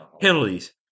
Penalties